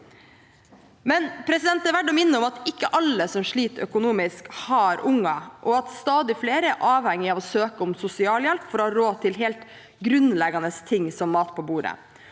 er det verdt å minne om at ikke alle som sliter økonomisk, har unger, og at stadig flere er avhengige av å søke om sosialhjelp for å ha råd til helt grunnleggende ting, som mat på bordet.